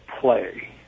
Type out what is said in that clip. play